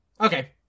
Okay